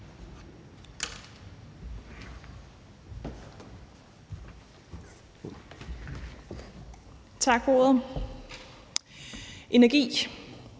Tak for ordet. Energi